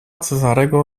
cezarego